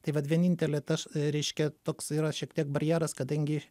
tai vat vienintelė tas reiškia toks yra šiek tiek barjeras kadangi